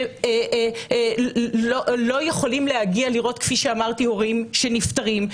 שלא יכולים להגיע לראות הורים שנפטרים,